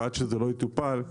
ועד שזה לא יטופל,